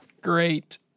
Great